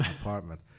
apartment—